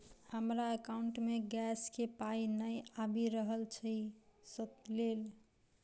हमरा एकाउंट मे गैस केँ पाई नै आबि रहल छी सँ लेल?